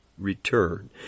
return